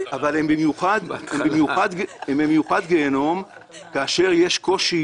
אבל הם במיוחד גיהינום כאשר יש קושי